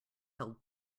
held